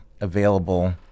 available